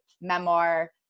memoir